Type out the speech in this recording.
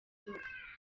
zose